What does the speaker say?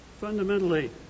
fundamentally